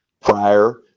prior